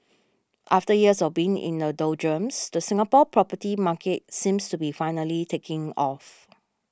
after years of being in the doldrums the Singapore property market seems to be finally taking off